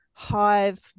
Hive